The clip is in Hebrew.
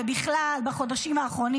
ובכלל בחודשים האחרונים,